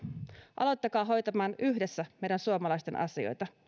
aloittakaa hoitamaan yhdessä meidän suomalaisten asioita